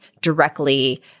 directly